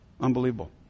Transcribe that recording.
Unbelievable